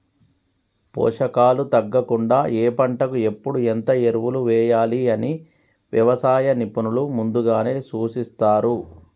పోషకాలు తగ్గకుండా ఏ పంటకు ఎప్పుడు ఎంత ఎరువులు వేయాలి అని వ్యవసాయ నిపుణులు ముందుగానే సూచిస్తారు